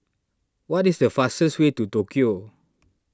what is the fastest way to Tokyo